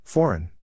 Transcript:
Foreign